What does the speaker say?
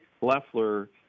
Leffler